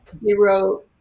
zero